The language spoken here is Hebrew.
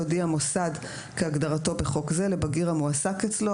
יודיע מוסד כהגדרתו בחוק זה לבגיר המועסק אצלו,